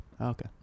Okay